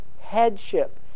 headship